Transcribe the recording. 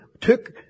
took